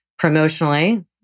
promotionally